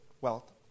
wealth